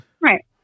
right